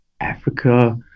Africa